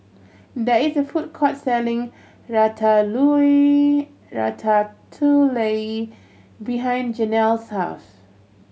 there is a food court selling Ratatouille behind Jenelle's house